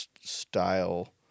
style